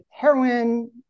heroin